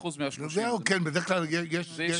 כן, בדרך כלל יש נשירה טבעית.